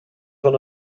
van